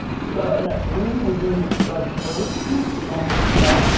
studs are next. the reason we do studs first down here just for guide,